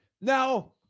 Now